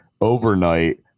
overnight